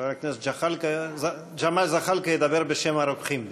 חבר הכנסת ג'מאל זחאלקה ידבר בשם הרוקחים בישראל.